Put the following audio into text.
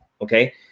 Okay